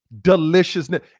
deliciousness